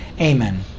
Amen